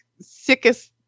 sickest